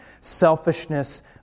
selfishness